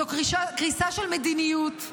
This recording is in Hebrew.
זאת קריסה של מדיניות.